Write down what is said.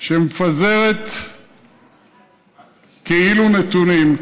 שמפזרת כאילו נתונים,